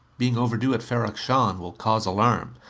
being overdue at ferrok-shahn, will cause alarm.